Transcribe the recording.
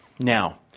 Now